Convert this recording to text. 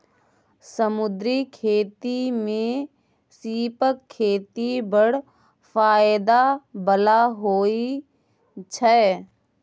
समुद्री खेती मे सीपक खेती बड़ फाएदा बला होइ छै